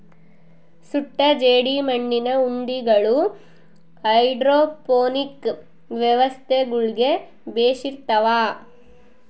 ಸುಟ್ಟ ಜೇಡಿಮಣ್ಣಿನ ಉಂಡಿಗಳು ಹೈಡ್ರೋಪೋನಿಕ್ ವ್ಯವಸ್ಥೆಗುಳ್ಗೆ ಬೆಶಿರ್ತವ